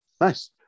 nice